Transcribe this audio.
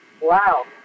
Wow